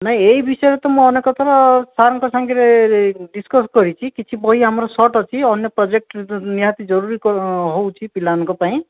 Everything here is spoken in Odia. ନାହିଁ ଏହି ବିଷୟରେ ତ ମୁଁ ଅନେକଥର ସାର୍ଙ୍କ ସାଙ୍ଗରେ ଡିସ୍କସ୍ କରିଛି କିଛି ବହି ଆମର ସର୍ଟ ଅଛି ଅନ୍ୟ ପ୍ରୋଜେକ୍ଟ ନିହାତି ଜରୁରୀ ହେଉଛି ପିଲାମାନଙ୍କ ପାଇଁ